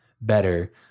better